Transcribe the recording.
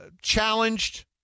challenged